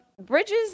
Bridges